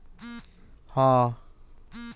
bank भी loan के रूप में उधार पईसा देत हवे